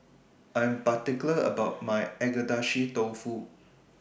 I'm particular about My Agedashi Dofu